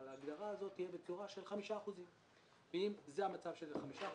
אבל ההגדרה הזאת תהיה בצורה של 5%. ואם המצב יהיה של 5%,